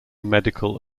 medical